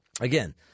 Again